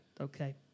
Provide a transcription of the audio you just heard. Okay